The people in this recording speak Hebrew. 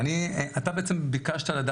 אגב, גם לציבור ובכלל.